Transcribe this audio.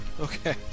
okay